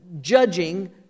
judging